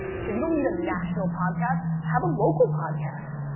so you don't need a national podcast. have a local podcast.